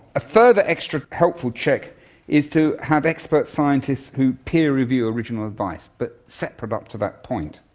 a further extra helpful check is to have expert scientists who peer review original advice, but separate up to that point.